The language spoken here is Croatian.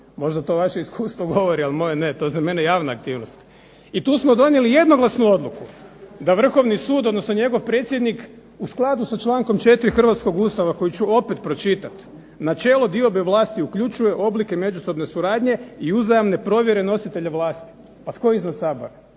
Možda to vaše iskustvo govori, ali moje ne. To je za mene javna aktivnost. I tu smo donijeli jednoglasnu odluku da Vrhovni sud odnosno njegov predsjednik u skladu sa člankom 4. hrvatskog Ustava koji ću opet pročitat: "načelo diobe vlasti uključuje oblike međusobne suradnje i uzajamne provjere nositelja vlasti". Pa tko je iznad Sabora?